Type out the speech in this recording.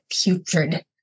putrid